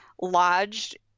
lodged